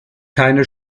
keine